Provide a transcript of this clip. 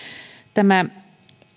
tämä